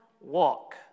walk